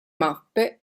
mappe